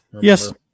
Yes